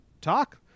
talk